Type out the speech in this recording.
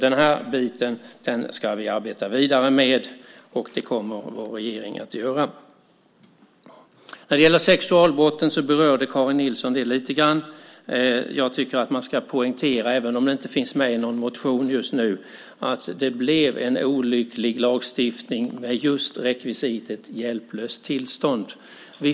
Den här biten ska vi arbeta vidare med, och det kommer vår regering att göra. Karin Nilsson berörde sexualbrotten lite grann. Även om det inte finns med i någon motion just nu tycker jag att man ska poängtera att det blev en olycklig lagstiftning med just rekvisitet hjälplöst tillstånd.